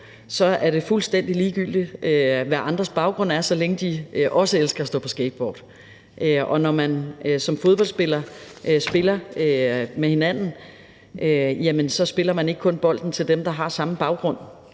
er det fuldstændig ligegyldigt, hvad andres baggrund er, så længe de også elsker at stå på skateboard, og når man som fodboldspiller spiller med andre, så spiller man ikke kun bolden til dem, der har samme baggrund